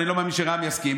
ואני לא מאמין שרע"מ יסכימו,